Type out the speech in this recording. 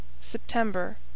September